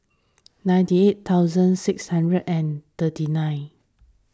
ninety eight thousand six hundred and thirty nine